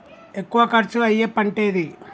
ఎక్కువ ఖర్చు అయ్యే పంటేది?